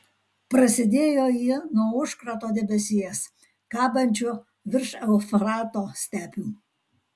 prasidėjo ji nuo užkrato debesies kabančio virš eufrato stepių